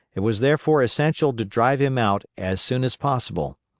it was therefore essential to drive him out as soon as possible.